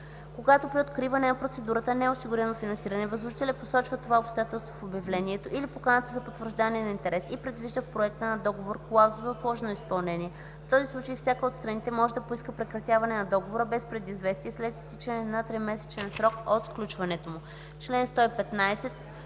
Когато при откриване на процедурата не е осигурено финансиране, възложителят посочва това обстоятелство в обявлението или поканата за потвърждаване на интерес и предвижда в проекта на договор клауза за отложено изпълнение. В този случай всяка от страните може да поиска прекратяване на договора без предизвестие след изтичане на тримесечен срок от сключването му.”